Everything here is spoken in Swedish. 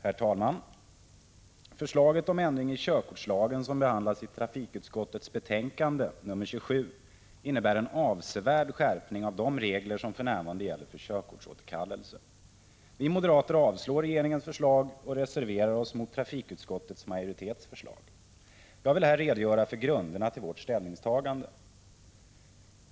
Herr talman! Förslaget om ändring i körkortslagen, som behandlas i trafikutskottets betänkande nr 27, innebär en avsevärd skärpning av de regler som för närvarande gäller för körkortsåterkallelse. Vi moderater avstyrker regeringens förslag och reserverar oss mot trafikutskottets majoritets förslag. Jag vill här redogöra för grunderna till vårt ställningstagande.